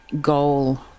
goal